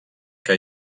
que